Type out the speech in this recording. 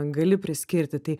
gali priskirti tai